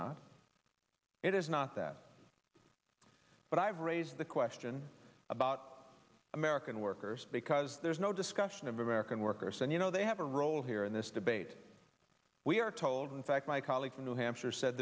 not it is not that but i've raised the question about american workers because there's no discussion of american workers and you know they have a role here in this debate we are told in fact my colleague from new hampshire sa